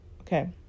Okay